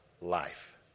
life